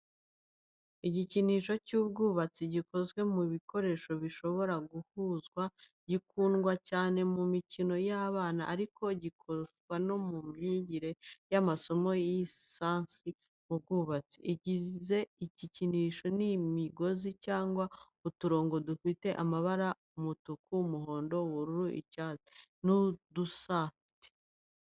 Igikinisho cy’ubwubatsi gikozwe mu bikoresho bishobora guhuzwa, gikundwa cyane mu mikino y’abana, ariko gikoreshwa no mu myigire y’amasomo ya siyansi n’ubwubatsi. Ibigize igikinisho ni imigozi cyangwa uturongo dufite amabara umutuku, umuhondo, ubururu, icyatsi. Ni udusate.